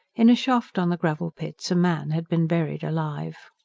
in a shaft on the gravel pits, a man had been buried alive.